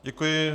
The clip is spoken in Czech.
Děkuji.